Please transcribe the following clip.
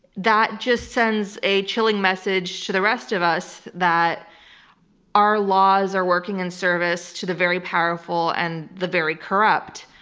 that just sends a chilling message to the rest of us that our laws are working in service to the very powerful and very corrupt,